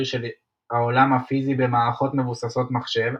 יותר של העולם הפיזי במערכות מבוססות מחשב,